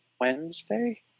Wednesday